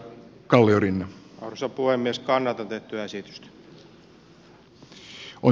kalliorinne on osa poimin skannatut arvoisa puhemies